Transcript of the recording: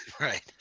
Right